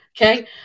okay